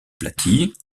aplaties